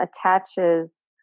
attaches